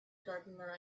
gardener